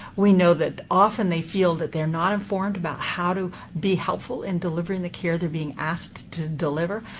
we know that often they feel that they're not informed about how to be helpful in delivering the care they're being asked to deliver.